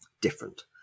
different